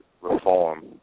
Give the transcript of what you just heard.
reform